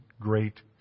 Great